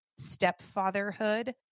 stepfatherhood